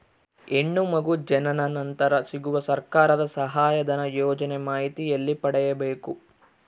ಹೆಣ್ಣು ಮಗು ಜನನ ನಂತರ ಸಿಗುವ ಸರ್ಕಾರದ ಸಹಾಯಧನ ಯೋಜನೆ ಮಾಹಿತಿ ಎಲ್ಲಿ ಪಡೆಯಬೇಕು?